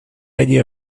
idea